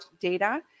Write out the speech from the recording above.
data